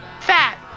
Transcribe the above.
fat